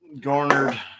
garnered